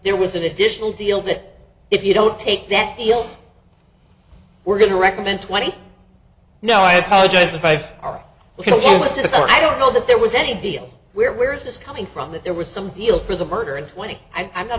there was an additional deal that if you don't take that deal we're going to recommend twenty now i apologize if i was disappointed i don't know that there was any deal where where is this coming from that there was some deal for the murder and twenty i'm